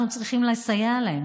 אנחנו צריכים לסייע להם,